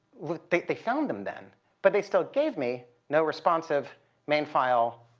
with they found them then but they still gave me no responsive main file